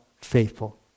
faithful